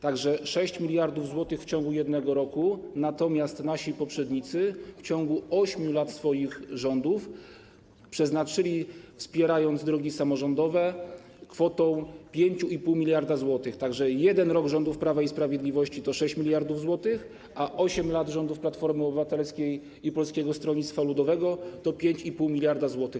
Tak że 6 mld zł w ciągu jednego roku, natomiast nasi poprzednicy w ciągu 8 lat swoich rządów przeznaczyli, wspierając drogi samorządowe, kwotę 5,5 mld zł, tak że jeden rok rządów Prawa i Sprawiedliwości to 6 mld zł, a 8 lat rządów Platformy Obywatelskiej i Polskiego Stronnictwa Ludowego to 5,5 mld zł.